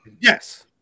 Yes